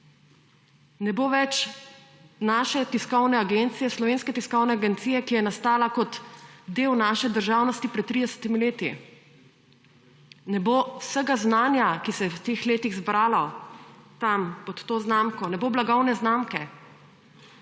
Ne bo več naše tiskovne agencije, Slovenske tiskovne agencije, ki je nastala kot del naše državnosti pred 30 leti. Ne bo vsega znanja, ki se je v teh letih zbralo tam pod to znamko. Ne bo blagovne znamke.